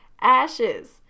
Ashes